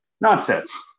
Nonsense